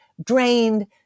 drained